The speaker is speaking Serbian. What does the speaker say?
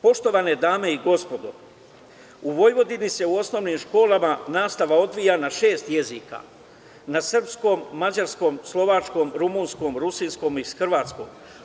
Poštovane dame i gospodo, u Vojvodini se u osnovnim školama nastava odvija na šest jezika – na srpskom, mađarskom, slovačkom, rumunskom, rusinskom i hrvatskom.